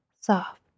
soft